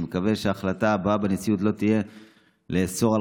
אני מקווה שההחלטה הבאה בנשיאות לא תהיה לאסור על